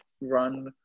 run